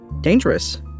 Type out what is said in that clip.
dangerous